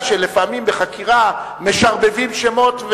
ודאי שלפעמים בחקירה משרבבים שמות,